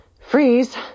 Freeze